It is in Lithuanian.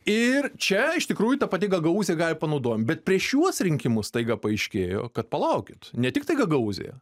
ir čia iš tikrųjų ta pati gagaūzija gal ir panaudojom bet prieš šiuos rinkimus staiga paaiškėjo kad palaukit ne tiktai gagaūzija